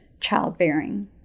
childbearing